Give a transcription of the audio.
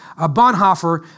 Bonhoeffer